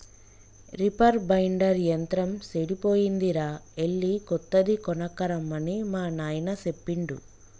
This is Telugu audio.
రిపర్ బైండర్ యంత్రం సెడిపోయిందిరా ఎళ్ళి కొత్తది కొనక్కరమ్మని మా నాయిన సెప్పిండు